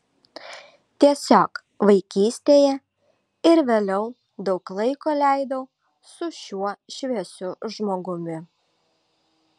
tiesiog vaikystėje ir vėliau daug laiko leidau su šiuo šviesiu žmogumi